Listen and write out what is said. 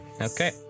Okay